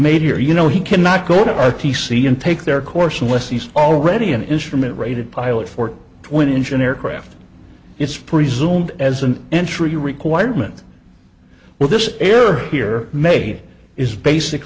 made here you know he cannot go to r t c and take their course unless he's already an instrument rated pilot for twin engine aircraft it's presumed as an entry requirements where this air here may is basic